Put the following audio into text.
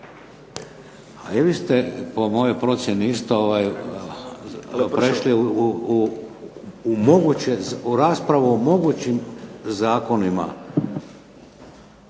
A i vi ste, po mojoj procjeni, isto prešli u raspravu o mogućim zakonima,